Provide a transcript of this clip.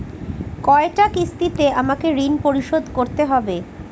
কয়টা কিস্তিতে আমাকে ঋণ পরিশোধ করতে হবে?